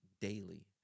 daily